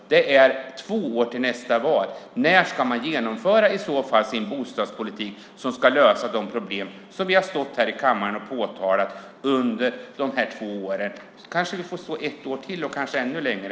Det är två år till nästa val. När ska man genomföra sin bostadspolitik som ska lösa de problem som vi har stått här i kammaren och påtalat under två år? Vi kanske får stå här ett år till - kanske ännu längre.